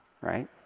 right